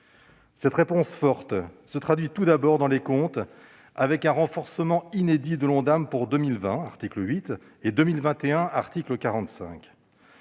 Cette réponse forte se traduit tout d'abord dans les comptes par un renforcement inédit de l'Ondam pour 2020- à l'article 8 -et 2021- à l'article 45.